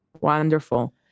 Wonderful